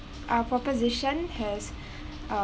uh proposition has uh